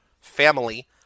family